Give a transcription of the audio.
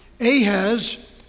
Ahaz